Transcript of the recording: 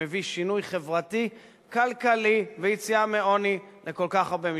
שמביא שינוי חברתי-כלכלי ויציאה מעוני לכל כך הרבה משפחות.